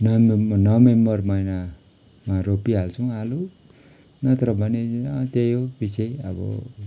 नम नोभेम्बर महिनामा रोपिहाल्छौँ आलु नत्र भने त्यही हो पिच्छे अब